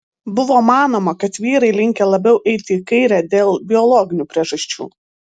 buvo manoma kad vyrai linkę labiau eiti į kairę dėl biologinių priežasčių